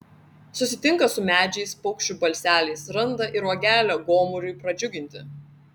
susitinka su medžiais paukščių balseliais randa ir uogelę gomuriui pradžiuginti